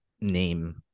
name